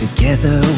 Together